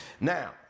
Now